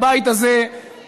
הבית הזה יעביר,